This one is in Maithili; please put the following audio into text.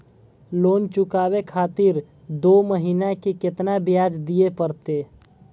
लोन चुकाबे खातिर दो महीना के केतना ब्याज दिये परतें?